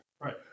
Right